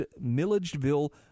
Milledgeville